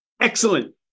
Excellent